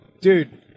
Dude